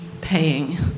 paying